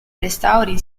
restauri